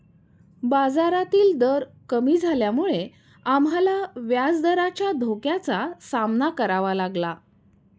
बाजारातील दर कमी झाल्यामुळे आम्हाला व्याजदराच्या धोक्याचा सामना करावा लागला